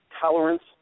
tolerance